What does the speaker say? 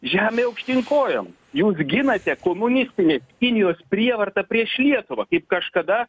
žemė aukštyn kojom jūs ginate komunistinės kinijos prievartą prieš lietuvą kaip kažkada